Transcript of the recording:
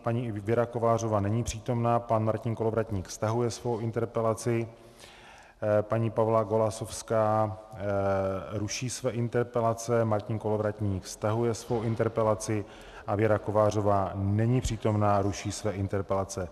Paní Věra Kovářová není přítomna, pan Martin Kolovratník stahuje svou interpelaci, paní Pavla Golasowská ruší své interpelace, Martin Kolovratník stahuje svou interpelaci a Věra Kovářová není přítomna, ruší své interpelace.